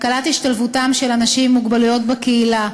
הקלת השתלבותם של אנשים עם מוגבלויות בקהילה,